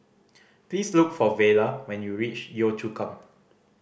please look for Vela when you reach Yio Chu Kang